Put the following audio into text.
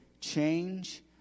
change